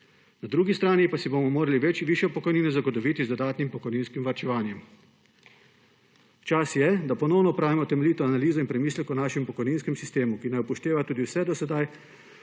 Na drugi strani pa si bomo morali višjo pokojnino zagotoviti z dodatnim pokojninskim varčevanjem. Čas je, da ponovno opravimo temeljito analizo in premislek o našem pokojninskem sistemu, ki naj upošteva tudi vse dosedanje